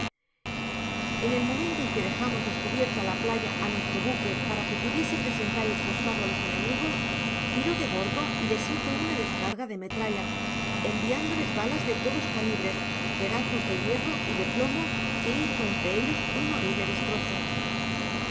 en el momento en que dejamos descubierta la playa á nuestro buque para que pudiese presentar el costado a los enemigos viró de bordo y les hizo una descarga de jietralla enviándoles balas de todos calibres pedazos de hierro y de plomo que hizo ntre ellos un horrible destrozo